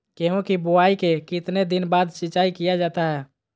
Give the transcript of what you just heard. गेंहू की बोआई के कितने दिन बाद सिंचाई किया जाता है?